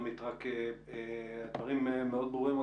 עמית, הדברים מאוד ברורים.